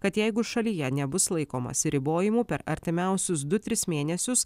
kad jeigu šalyje nebus laikomasi ribojimų per artimiausius du tris mėnesius